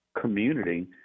community